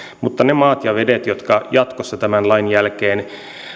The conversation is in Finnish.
mutta ne maat ja vedet jotka jatkossa tämän lain jälkeen